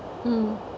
mm